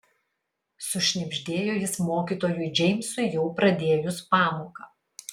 sušnibždėjo jis mokytojui džeimsui jau pradėjus pamoką